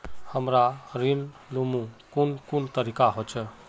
हमरा ऋण लुमू कुन कुन तरीका होचे?